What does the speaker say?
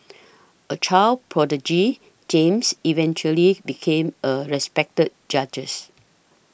a child prodigy James eventually became a respected judges